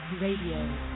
Radio